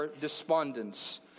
Despondence